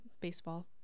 baseball